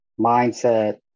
mindset